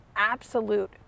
absolute